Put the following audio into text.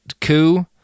coup